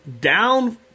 down